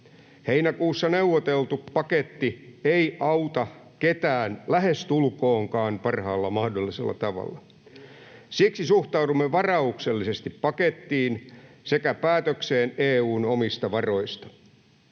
Heinäkuussa neuvoteltu paketti ei auta ketään lähestulkoonkaan parhaalla mahdollisella tavalla. Siksi suhtaudumme varauksellisesti pakettiin sekä päätökseen EU:n omista varoista.